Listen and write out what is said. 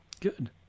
Good